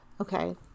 Okay